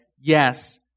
Yes